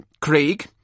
Craig